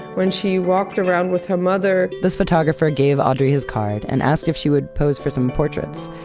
when she walked around with her mother. this photographer gave audrey his card and asked if she would pose for some portraits.